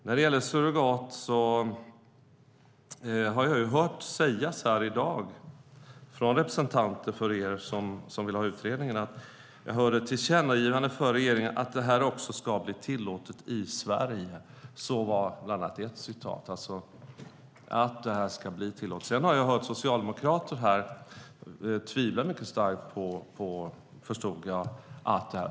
När det gäller surrogatmoderskap har jag i dag hört representanter från dem som vill ha utredningen tala om ett tillkännagivande till regeringen om att detta ska bli tillåtet också i Sverige, men jag har också hört socialdemokrater tvivla starkt på det.